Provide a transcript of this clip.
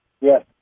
Yes